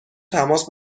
تماس